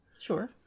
Sure